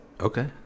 Okay